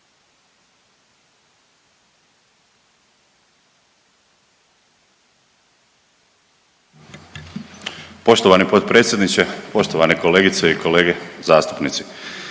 poštovana potpredsjednice. Poštovane kolegice i kolege. Danas